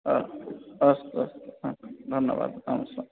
अस्तु अस्तु अस्तु ह धन्यवादः नमस्ते